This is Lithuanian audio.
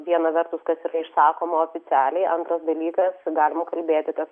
viena vertus kas yra išsakoma oficialiai antras dalykas galima kalbėti kad